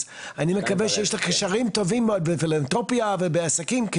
אז אני מקווה שיש קשרים טובים מאוד בפילנתרופיה ובעסקים,